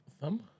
thumb